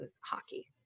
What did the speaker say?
hockey